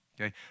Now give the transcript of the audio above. okay